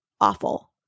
awful